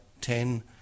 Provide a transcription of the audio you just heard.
ten